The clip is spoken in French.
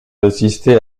résister